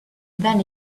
then